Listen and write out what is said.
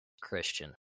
Christian